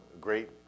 great